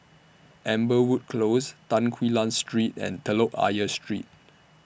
Amberwood Close Tan Quee Lan Street and Telok Ayer Street